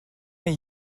est